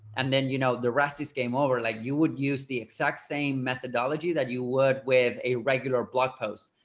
and then you know, the rest is game over like you would use the exact same methodology that you would with a regular blog post.